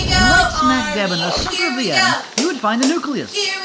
and right smack dab in the center of the atom, you would find the nucleus,